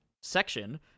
section